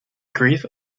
grief